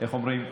איך אומרים?